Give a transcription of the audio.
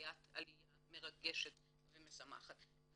חוויית עלייה מרגשת ומשמחת.